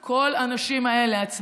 למען כל הנשים האלה, העצמאיות,